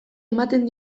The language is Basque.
ematen